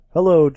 Hello